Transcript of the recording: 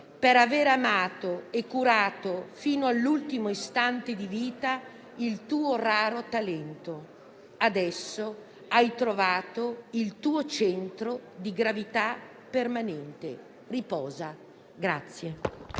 per aver amato e curato fino all'ultimo istante di vita il tuo raro talento. Adesso hai trovato il tuo centro di gravità permanente. Riposa.